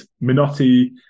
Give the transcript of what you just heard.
Minotti